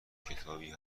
کتابی